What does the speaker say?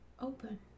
Open